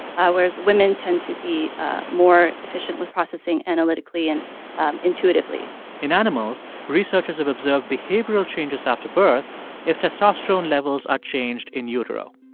whereas women tend to be more efficient with processing analytically and um intuitively in animals, researchers have observed behavioral changes after birth if testosterone levels are changed in utero.